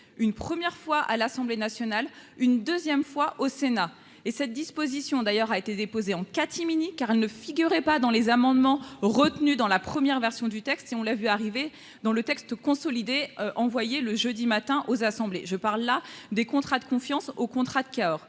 une première fois à l'Assemblée nationale, une deuxième fois au Sénat et cette disposition d'ailleurs a été déposé en catimini, car elle ne figurait pas dans les amendements retenus dans la première version du texte si on l'a vu arriver dans le texte consolidé envoyée le jeudi matin aux assemblées, je parle là des contrats de confiance au contrat de Cahors